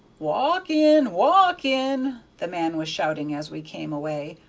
walk in! walk in! the man was shouting as we came away.